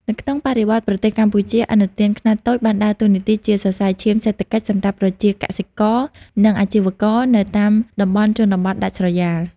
នៅក្នុងបរិបទប្រទេសកម្ពុជា ឥណទានខ្នាតតូចបានដើរតួនាទីជាសរសៃឈាមសេដ្ឋកិច្ចសម្រាប់ប្រជាកសិករ និងអាជីវករនៅតាមតំបន់ជនបទដាច់ស្រយាល។